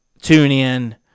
TuneIn